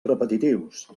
repetitius